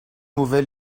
mauvais